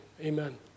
Amen